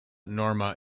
norma